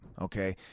Okay